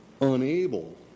unable